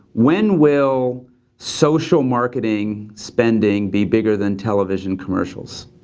when will social marketing spending be bigger than television commercials?